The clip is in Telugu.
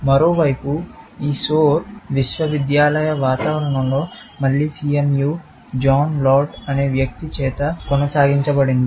మరోవైపు ఈ సోర్ విశ్వవిద్యాలయ వాతావరణంలో మళ్ళీ CMU జాన్ లైర్డ్ అనే వ్యక్తి చేత కొనసాగించబడింది